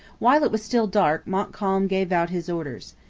while it was still dark montcalm gave out his orders.